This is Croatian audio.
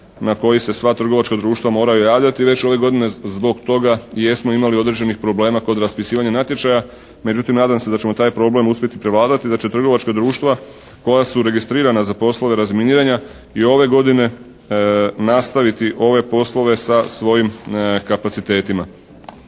na koji se sva trgovačka društva moraju javljati već ove godine. Zbog toga i jesmo imali određenih problema kod raspisivanja natječaja. Međutim nadam se da ćemo taj problem uspjeti prevladati i da će trgovačka društva koja su registriranja za poslove razminiranja i ove godine nastaviti ove poslove sa svojim kapacitetima.